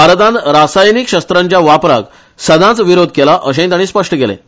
भारतान रासायनीक शस्त्रांच्या वापराक सधाच विरोध केला अशेंय ताणी स्पश्ट केलें